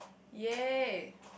ya